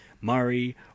Murray